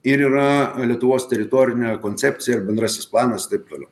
ir yra lietuvos teritorinė koncepcija bendrasis planas taip toliau